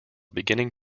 beginning